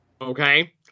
Okay